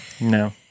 No